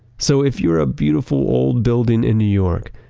so if you're a beautiful old building in new york,